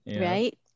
right